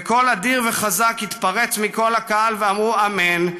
וקול אדיר וחזק התפרץ מכל הקהל ואמרו 'אמן'",